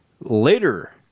Later